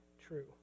true